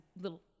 little